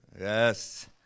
Yes